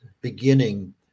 beginning